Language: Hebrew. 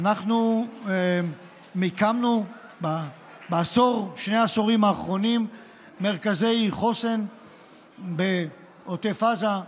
אנחנו מיקמנו בעשור או בשני העשורים האחרונים מרכזי חוסן בעוטף עזה,